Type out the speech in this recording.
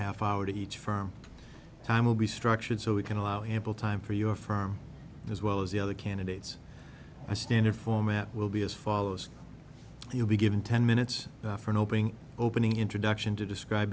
half hour to each firm time will be structured so we can allow ample time for your firm as well as the other candidates a standard format will be as follows you'll be given ten minutes for an opening opening introduction to describe